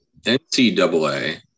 NCAA